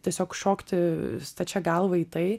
tiesiog šokti stačia galva į tai